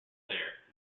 there